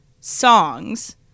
songs